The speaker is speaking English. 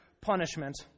punishment